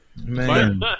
Man